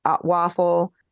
waffle